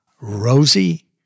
Rosie